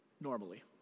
Normally